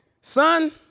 son